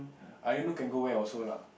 I don't know can go where also lah